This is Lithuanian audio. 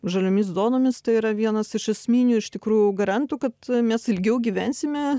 žaliomis zonomis tai yra vienas iš esminių iš tikrųjų garantų kad mes ilgiau gyvensime